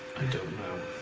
i don't know